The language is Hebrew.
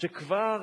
שכבר